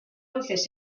luces